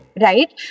right